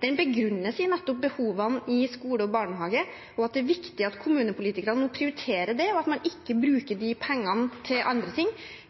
begrunnes nettopp i behovene i skoler og barnehager, og at det er viktig at kommunepolitikerne nå prioriterer det, og at man ikke bruker de pengene til andre ting.